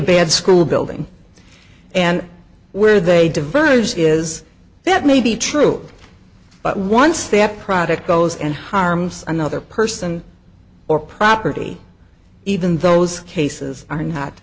bad school building and where they diverge is that may be true but once they have product goes and harms another person or property even those cases are not